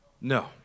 No